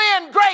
great